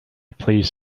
please